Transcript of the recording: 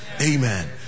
Amen